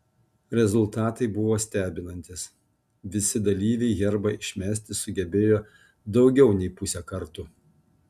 rezultatai buvo stebinantys visi dalyviai herbą išmesti sugebėjo daugiau nei pusę kartų